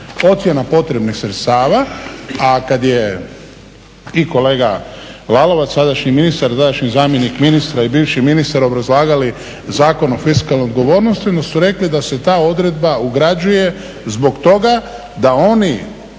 ocjena potrebnih sredstava. A kad je i kolega Lalovac, sadašnji ministar, tadašnji zamjenik ministra i bivši ministar obrazlagali Zakon o fiskalnoj odgovornosti onda su rekli da se ta odredba ugrađuje zbog toga da oni